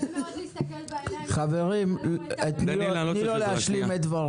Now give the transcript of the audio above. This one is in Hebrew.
קשה מאוד להסתכל בעיניים --- השבע לא רואה את הרעב.